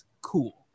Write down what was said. cool